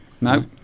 No